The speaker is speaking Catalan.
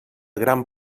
gran